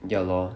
ya lor